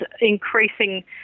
increasing